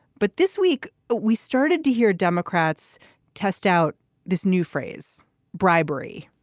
but this week we started to hear democrats test out this new phrase bribery.